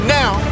now